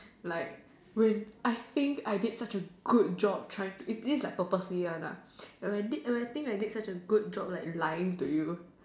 like when I think I did such a good job trying to this is like purposely one lah when I did when I think I did such a good job like lying to you